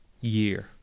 year